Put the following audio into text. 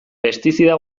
pestizida